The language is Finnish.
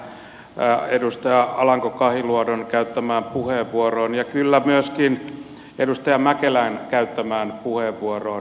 viittaan tähän edustaja alanko kahiluodon käyttämään puheenvuoroon ja kyllä myöskin edustaja mäkelän käyttämään puheenvuoroon